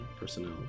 personnel